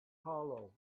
hollow